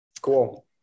Cool